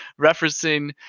referencing